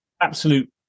absolute